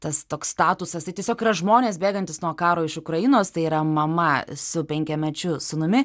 tas toks statusas tai tiesiog yra žmonės bėgantys nuo karo iš ukrainos tai yra mama su penkiamečiu sūnumi